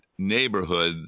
neighborhood